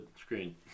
screen